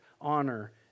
honor